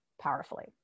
powerfully